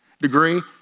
degree